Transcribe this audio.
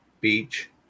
Beach